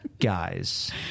guys